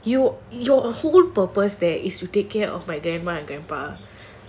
you your whole purpose there is to take care of my grandma and grandpa